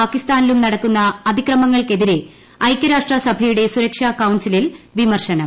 പാകിസ്ഥാനിലും നടക്കുന്ന അതിക്രമങ്ങൾക്കെതിരെ ഐക്യരാഷ്ട്രസഭയുടെ സുരക്ഷാ കൌൺസിലിൽ വിമർശനം